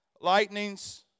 Lightnings